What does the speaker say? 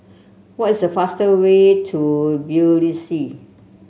what is the fast way to Tbilisi